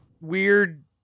weird